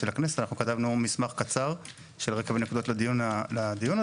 כתבנו מסמך קצר של רקע ונקודות לדיון הזה.